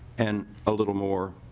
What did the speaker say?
and a little more